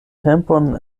tempon